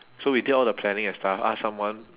so we did all the planning and stuff ask someone